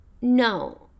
No